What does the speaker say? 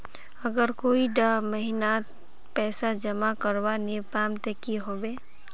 अगर कोई डा महीनात पैसा जमा करवा नी पाम ते की होबे?